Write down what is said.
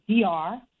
DR